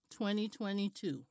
2022